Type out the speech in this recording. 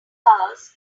cars